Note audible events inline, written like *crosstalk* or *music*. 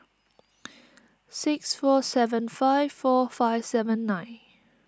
*unintelligible* six four seven five four five seven nine